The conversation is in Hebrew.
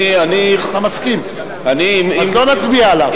אני, אני, מסכים, אז לא נצביע עליו.